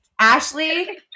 Ashley